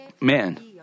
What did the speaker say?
man